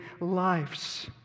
lives